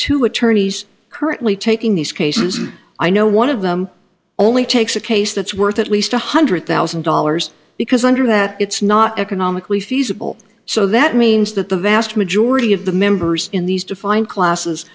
two attorneys currently taking these cases and i know one of them only takes a case that's worth at least one hundred thousand dollars because under that it's not economically feasible so that means that the vast majority of the members in these defined classes